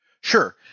Sure